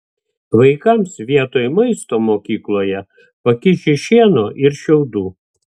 vaikams vietoj maisto mokykloje pakiši šieno ir šiaudų